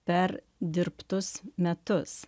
per dirbtus metus